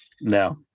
No